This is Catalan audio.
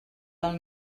del